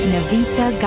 Navita